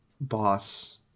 boss